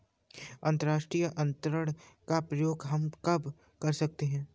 अंतर्राष्ट्रीय अंतरण का प्रयोग हम कब कर सकते हैं?